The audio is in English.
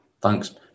Thanks